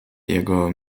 jego